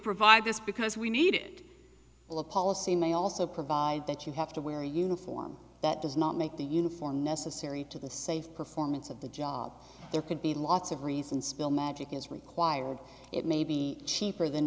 provide this because we need it well a policy may also provide that you have to wear a uniform that does not make the uniform necessary to the safe performance of the job there could be lots of reasons bill magic is required it may be cheaper than